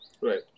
Right